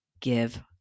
give